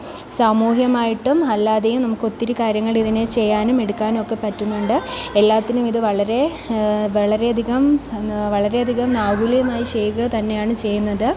സാമൂഹികമായിട്ടും അല്ലാതെയും നമ്മൾക്ക് ഒത്തിരി കാര്യങ്ങൾ ഇതിനെ ചെയ്യാനും എടുക്കാനും ഒക്കെ പറ്റുന്നുണ്ട് എല്ലാത്തിനും ഇത് വളരെ വളരെ അധികം വളരെയധികം നാകുലികമായി ചെയ്യുക തന്നെയാണ് ചെയ്യുന്നത്